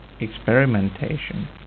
experimentation